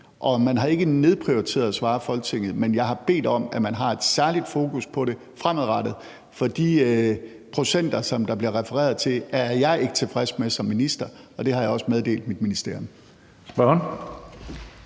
Man har ikke nedprioriteret at svare Folketinget, og jeg har bedt om, at man har et særligt fokus på det fremadrettet, for de procenter, som der bliver refereret til, er jeg ikke tilfreds med som minister, og det har jeg også meddelt mit ministerium.